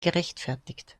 gerechtfertigt